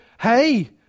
hey